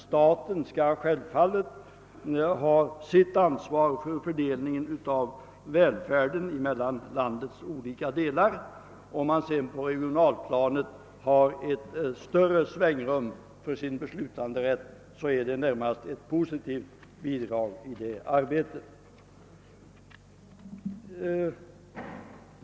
Staten skall självfallet ha sitt ansvar för fördelningen av välfärden mellan landets olika delar, och om man sedan har litet större svängrum för sin beslu tanderätt på regionalplanet, så är det närmast ett positivt bidrag i det arbetet.